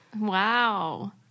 wow